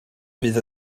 bydd